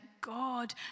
God